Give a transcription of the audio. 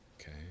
okay